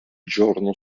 giorno